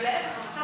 ולהפך,